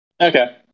Okay